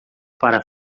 para